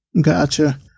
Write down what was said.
Gotcha